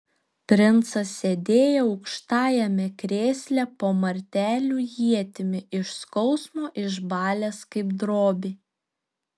princas sėdėjo aukštajame krėsle po martelių ietimi iš skausmo išbalęs kaip drobė